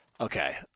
Okay